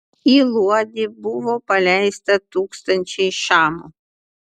į luodį buvo paleista tūkstančiai šamų